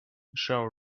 shower